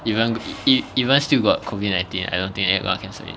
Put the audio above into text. even if even still got COVID nineteen I don't think they gonna cancel it